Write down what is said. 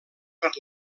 per